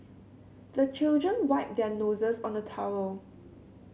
the children wipe their noses on the towel